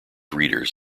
readers